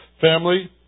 Family